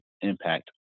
impact